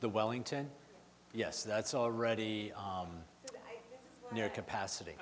the wellington yes that's already near capacity